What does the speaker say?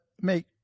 make